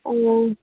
ও